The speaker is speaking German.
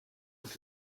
mit